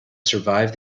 survive